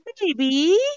baby